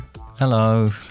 Hello